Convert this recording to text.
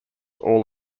all